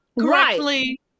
correctly